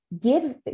give